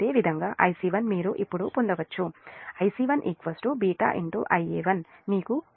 అదేవిధంగా Ic1 మీరు ఇప్పుడు పొందవచ్చు Ic1 β Ia1 మీకు4